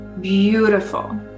Beautiful